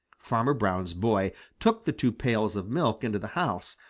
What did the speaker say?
farmer brown's boy took the two pails of milk into the house,